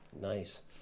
nice